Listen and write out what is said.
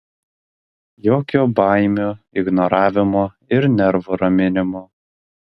jokio baimių ignoravimo ir nervų raminimo